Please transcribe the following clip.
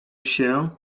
się